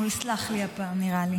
הוא יסלח לי הפעם נראה לי.